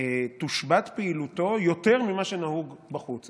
תושבת פעילותה יותר ממה שנהוג בחוץ.